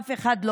אף אחד.